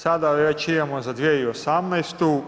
Sada već imamo za 2018.